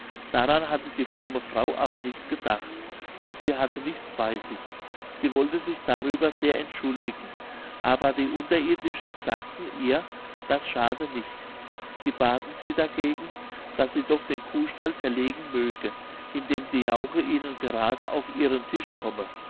daran hatte die fromme frau aber nicht gedacht und sie hatte nichts bei sich sie wollte sich darüber sehr entschuldigen aber die unterirdischen sagten ihr das schade nichts sie baten sie dagegen daß sie doch den kuhstall verlegen möge indem die jauche ihnen gerade auf ihren tisch komme